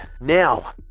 Now